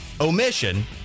omission